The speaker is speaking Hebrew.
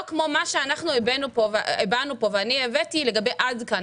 לא כמו מה שאנחנו הבענו פה ואני הבאתי לגבי עמותת "עד כאן",